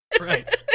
right